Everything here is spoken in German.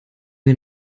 wir